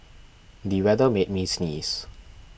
the weather made me sneeze